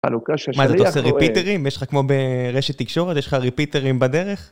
מה אתה עושה ריפיטרים? יש לך כמו ברשת תקשורת, יש לך ריפיטרים בדרך?